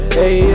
hey